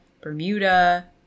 Bermuda